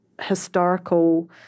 historical